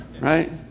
Right